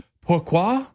pourquoi